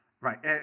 Right